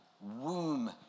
womb